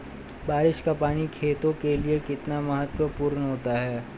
बारिश का पानी खेतों के लिये कितना महत्वपूर्ण होता है?